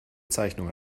zeichnung